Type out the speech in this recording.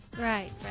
Right